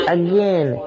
again